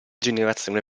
generazione